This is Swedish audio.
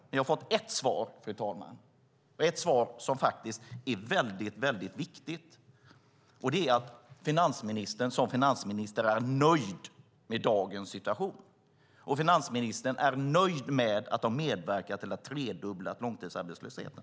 Men jag har fått ett svar som faktiskt är mycket viktigt, och det är att finansministern som finansminister är nöjd med dagens situation och att finansministern är nöjd med att man har medverkat till att tredubbla långtidsarbetslösheten.